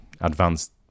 advanced